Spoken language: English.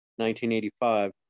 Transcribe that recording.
1985